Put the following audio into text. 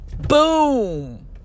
boom